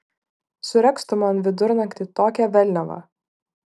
suregzk tu man vidurnaktį tokią velniavą